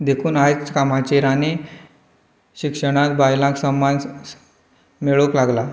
देखून आयज कामाचेर आनीक शिक्षणांत बायलांक समाज मेळूंक लागला